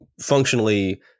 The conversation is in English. functionally